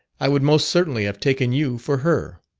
i would most certainly have taken you for her